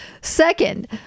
Second